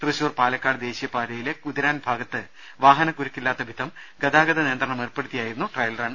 തൃശൂർ പാലക്കാട് ദേശീയ പാതയിലെ കുതിരാൻ ഭാഗത്ത് വാഹന കുരുക്കില്ലാത്ത വിധം ഗതാഗത നിയന്ത്രണമേർപ്പെടുത്തിയായിരുന്നു ട്രയൽ റൺ